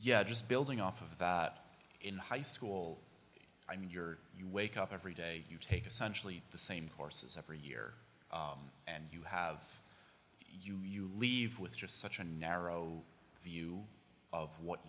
yeah just building off of that in high school i mean you're you wake up every day you take essential you the same courses upper year and you have you you leave with just such a narrow view of what